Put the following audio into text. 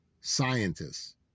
scientists